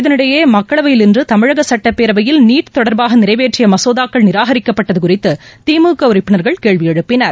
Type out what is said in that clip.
இதனிடையே மக்களவையில் இன்றுதமிழகசட்டப்பேரவையில் நீட் தொடர்பாகநிறைவேற்றியமசோதாக்கள் நிராகரிக்கப்பட்டதுகுறித்துதிமுகஉறுப்பினர்கள் இன்றகேள்விஎழுப்பினர்